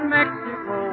Mexico